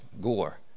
Gore